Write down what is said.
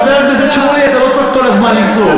חבר הכנסת שמולי, אתה לא צריך כל הזמן לצעוק.